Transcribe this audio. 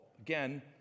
again